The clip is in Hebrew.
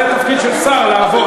זה תפקיד של שר, לעבוד.